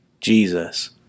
Jesus